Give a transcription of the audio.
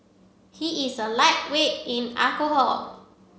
he is a lightweight in alcohol